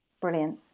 Brilliant